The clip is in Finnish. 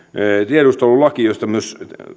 tuo tiedustelulaki josta myös